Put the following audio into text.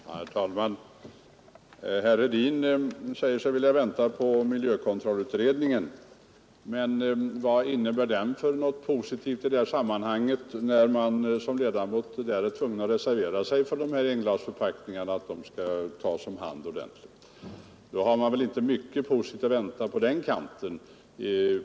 Herr talman! Herr Hedin sade att han ville vänta på miljökontrollutredningen, men vad innebär den för positivt i sammanhanget, när en ledamot i utredningen, Kerstin Anér, är tvungen att reservera sig för att man skall få med engångsförpackningarna ordentligt i skrivningen? Då har man väl inte mycket positivt att vänta på den kanten.